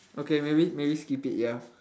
okay maybe maybe skip it ya